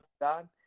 God